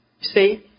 See